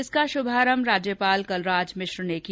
इसका शुभारंभ राज्यपाल कलराज मिश्र ने किया